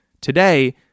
Today